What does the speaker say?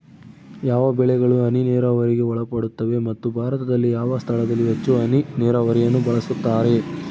ಯಾವ ಬೆಳೆಗಳು ಹನಿ ನೇರಾವರಿಗೆ ಒಳಪಡುತ್ತವೆ ಮತ್ತು ಭಾರತದಲ್ಲಿ ಯಾವ ಸ್ಥಳದಲ್ಲಿ ಹೆಚ್ಚು ಹನಿ ನೇರಾವರಿಯನ್ನು ಬಳಸುತ್ತಾರೆ?